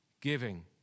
giving